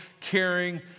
caring